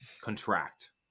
contract